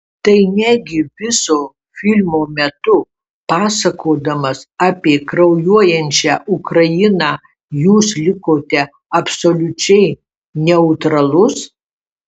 tai negi viso filmo metu pasakodamas apie kraujuojančią ukrainą jūs likote absoliučiai neutralus